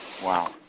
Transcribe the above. Wow